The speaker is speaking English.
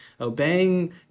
obeying